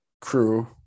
crew